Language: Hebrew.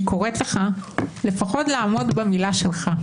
אני קוראת לך לפחות לעמוד במילה שלך.